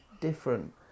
different